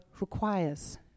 requires